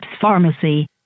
Pharmacy